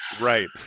Right